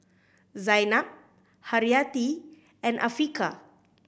Zaynab Haryati and Afiqah